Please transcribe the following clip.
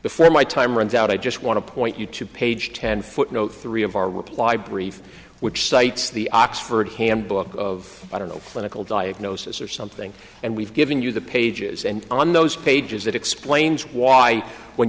before my time runs out i just want to point you to page ten footnote three of our reply brief which cites the oxford handbook of i don't know clinical diagnosis or something and we've given you the pages and on those pages that explains why when